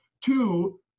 Two